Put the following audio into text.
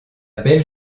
belle